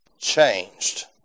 changed